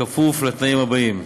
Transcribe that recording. בכפוף לתנאים הבאים,